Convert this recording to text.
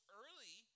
early